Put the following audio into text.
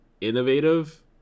innovative